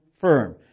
firm